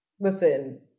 listen